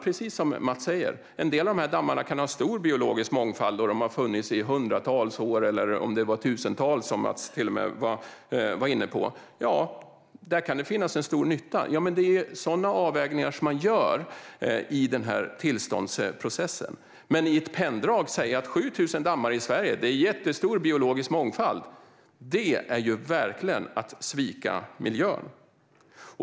Precis som Mats Green säger kan en del av dessa dammar ha funnits i hundratals, eller om det till och med var tusentals, år och ha stor biologisk mångfald. Det kan finnas en stor nytta, och det är ju sådana avvägningar som man gör i tillståndsprocessen. Men att i ett penndrag säga att 7 000 dammar i Sverige innebär en jättestor biologisk mångfald är verkligen att svika miljön.